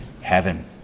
heaven